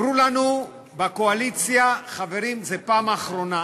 אמרו לנו בקואליציה: חברים, זו הפעם האחרונה.